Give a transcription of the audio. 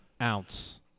ounce